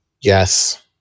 yes